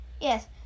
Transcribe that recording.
Yes